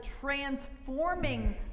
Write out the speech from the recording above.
transforming